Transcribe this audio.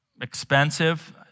expensive